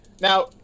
now